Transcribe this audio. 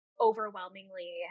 overwhelmingly